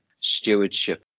stewardship